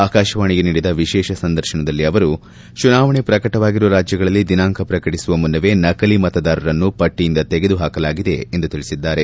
ಆಕಾಶವಾಣಿಗೆ ನೀಡಿದ ವಿಶೇಷ ಸಂದರ್ಶನದಲ್ಲಿ ಅವರು ಚುನಾವಣೆ ಶ್ರಕಟವಾಗಿರುವ ರಾಜ್ಞಗಳಲ್ಲಿ ದಿನಾಂಕ ಶ್ರಕಟಿಸುವ ಮುನ್ನವೇ ನಕಲಿ ಮತದಾರರನ್ನು ಪಟ್ಟಿಯಿಂದ ತೆಗೆದು ಹಾಕಲಾಗಿದೆ ಎಂದು ತಿಳಿಸಿದ್ದಾರೆ